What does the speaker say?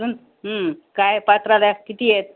अजून काय पात्राला आहे किती आहेत